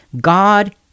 God